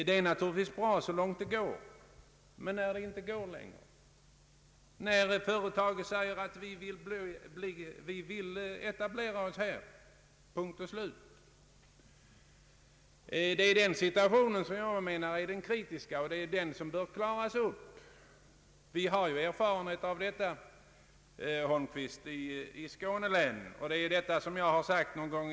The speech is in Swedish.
Det är naturligtvis bra så långt det går, men vad gör man när det inte går längre, när företaget säger: Vi vill etablera oss här, punkt och slut. Jag anser att det är den situationen som är kritisk och som bör klaras upp. Vi har erfarenhet av detta, statsrådet Holmqvist, i Skånelänen.